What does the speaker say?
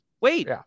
Wait